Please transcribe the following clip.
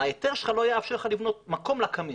ההיתר שלך לא יאפשר לך לבנות מקום לקמין.